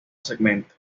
segmento